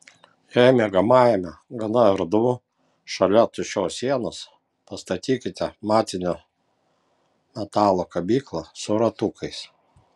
jei miegamajame gana erdvu šalia tuščios sienos pastatykite matinio metalo kabyklą su ratukais